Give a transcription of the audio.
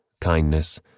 kindness